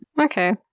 Okay